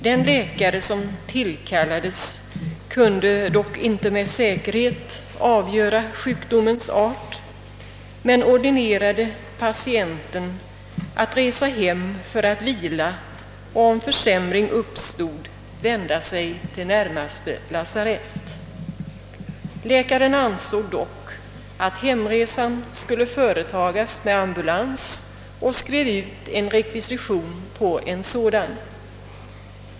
Den läkare som tillkallades kunde inte med säkerhet avgöra sjukdomens art men ordinerade patienten att resa hem för att vila och, om försämring inträdde, vända sig till närmaste lasarett. Läkaren ansåg dock att hemresan skulle företas med ambulans och skrev ut rekvisition på en sådan.